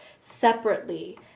separately